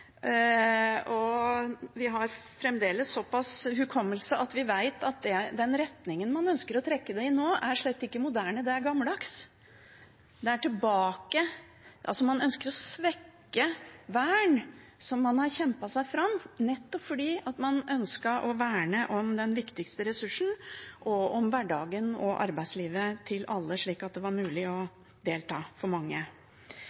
og vi har fremdeles så pass hukommelse at vi vet at den retningen man ønsker å trekke i nå, slett ikke er moderne – den er gammeldags. Man ønsker å svekke et vern som man har kjempet fram fordi man ønsket å verne om den viktigste ressursen – og om hverdagen og arbeidslivet til alle, slik at det var mulig å delta for mange.